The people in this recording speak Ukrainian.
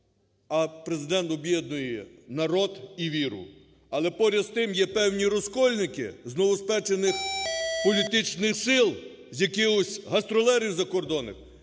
а Президент об'єднує народ і віру. Але, поряд з тим, є певні розкольники з новоспечених політичних сил, з якихось гастролерів закордонних,